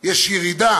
יש ירידה